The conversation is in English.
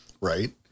right